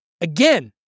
Again